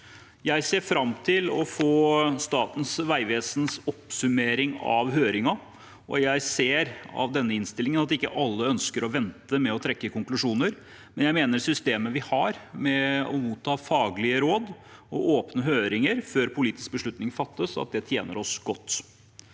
Jeg ser fram til å få Statens vegvesens oppsummering av høringen. Jeg ser av denne innstillingen at ikke alle ønsker å vente med å trekke konklusjoner, men jeg mener at systemet vi har med å motta faglige råd og med åpne høringer før politisk beslutning fattes, tjener oss godt.